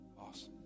Awesome